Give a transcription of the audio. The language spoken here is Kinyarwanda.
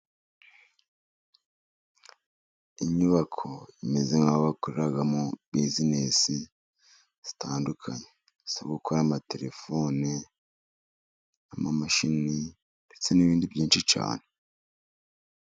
Inyubako imeze nk'aho bakoreramo buzinesi zitandukanye, izo gukora amatelefone, amamashini ndetse n'ibindi byinshi cyane.